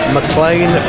McLean